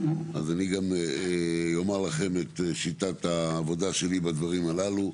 אז אני גם יאמר לכם את שיטת העבודה שלי בדברים הללו,